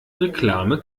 reklame